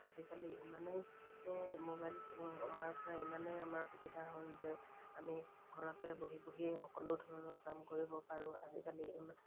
আজিকালি ইমানেই মোবাইল অহাৰ পৰা ইমানেই আমাৰ সুবিধা হ'ল যে আমি ঘৰতে বহি বহিয়ে সকলো ধৰণৰ কাম কৰিব পাৰোঁ আজিকালি ইমান